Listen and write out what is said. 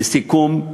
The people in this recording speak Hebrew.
לסיכום,